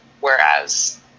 whereas